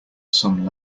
some